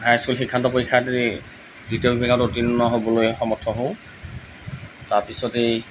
high school শিক্ষান্ত পৰীক্ষাত এই দ্বিতীয় বিভাগত উত্তীৰ্ণ হ'বলৈ সমৰ্থ হওঁ তাৰপিছতেই